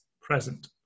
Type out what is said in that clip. present